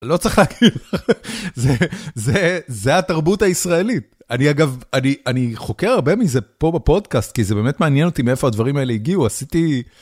לא צריך להגיד.. , זה התרבות הישראלית. אני אגב, אני חוקר הרבה מזה פה בפודקאסט, כי זה באמת מעניין אותי מאיפה הדברים האלה הגיעו, עשיתי...